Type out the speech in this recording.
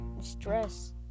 stress